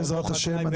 בעזרת השם,